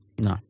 No